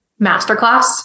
masterclass